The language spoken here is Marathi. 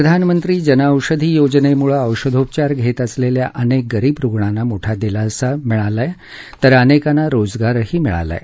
प्रधानमंत्री जनऔषधी योजनेमुळे औषधोपचार घेत असलेल्या अनेक गरीब रुग्णांना मोठा दिलासा तर अनेकांना रोजगारही मिळाला आहे